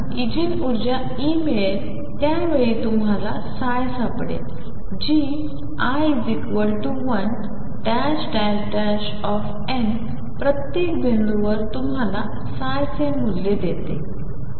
eigen ऊर्जा Eमिळेल त्या वेळी तुम्हला ψ सापडेल जी i1⋅⋅⋅⋅N प्रत्येक बिंदूवर तुम्हाला ψ चे मूल्य देते